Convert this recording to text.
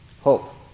hope